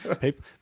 people